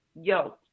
yo